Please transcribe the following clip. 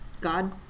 God